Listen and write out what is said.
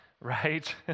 right